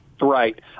Right